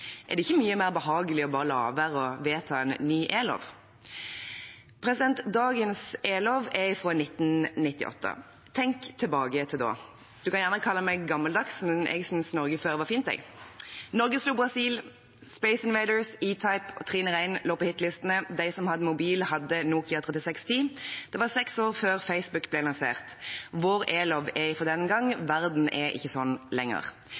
Er det ikke mye mer behagelig bare å la være å vedta en ny e-lov? Dagens e-lov er fra 1998. Tenk tilbake til da. En kan gjerne kalle meg gammeldags, men jeg syns Norge før var fint, jeg. Norge slo Brasil. Space Invaders, E-Type og Trine Rein lå på hitlistene. De som hadde mobil, hadde Nokia 3610. Det var seks år før Facebook ble lansert. Vår e-lov er fra den gang. Verden er ikke sånn lenger.